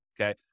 okay